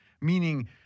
Meaning